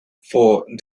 for